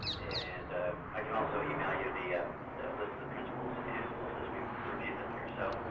and i can also email you the ah the list of the principles and rules as we've reviewed them here. so